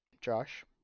Josh